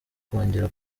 kongera